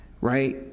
right